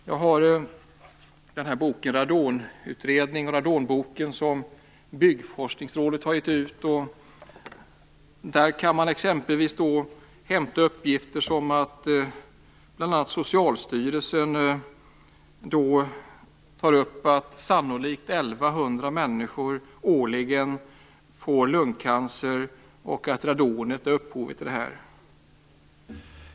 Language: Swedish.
Jag har här en bok som heter Radonboken som Byggforskningsrådet har givit ut. I den kan man exempelvis hämta olika uppgifter, t.ex. att Socialstyrelsen tar upp att sannolikt 1 100 människor årligen får lungcancer och att radonet är upphov till detta.